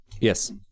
Yes